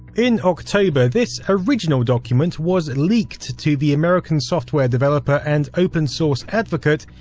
in october, this original document was leaked to the american software developer, and open source advocate,